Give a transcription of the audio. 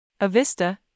Avista